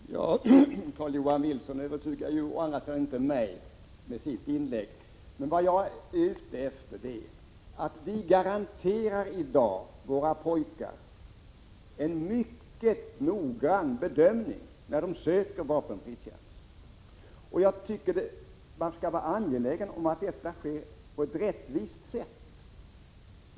Herr talman! Carl-Johan Wilson övertygar å andra sidan inte mig med sitt inlägg. Vad jag vill komma till är emellertid att vi i dag garanterar våra pojkar en mycket noggrann bedömning när de söker vapenfri tjänst. Jag tycker man skall vara angelägen om att detta sker på ett rättvist sätt.